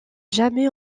jamais